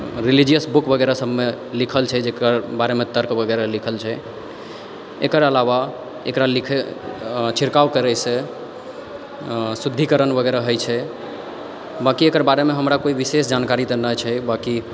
religious book वगैरह सबमे लिखल छै एकर बारेमे तर्क वगैरह लिखल छै एकर अलावा एकरा लिखै छिड़काब करैसँ शुद्धीकरण वगैरह होइ छै बाकी एकर बारेमे हमरा कोई विशेष जानकारी तऽ नहि छै बाकी